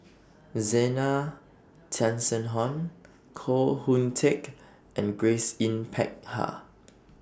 Zena Koh Hoon Teck and Grace Yin Peck Ha